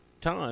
time